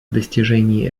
достижении